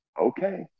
Okay